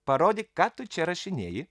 parodyk ką tu čia rašinėji